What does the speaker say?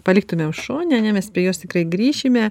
paliktumėm šone ane mes prie jos tikrai grįšime